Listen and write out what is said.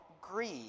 greed